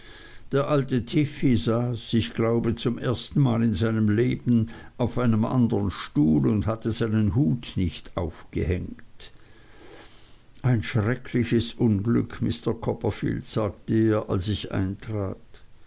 der alte tiffey saß ich glaube zum ersten mal in seinem leben auf einem andern stuhl und hatte seinen hut nicht aufgehängt ein schreckliches unglück mr copperfield sagte er als ich eintrat